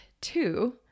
two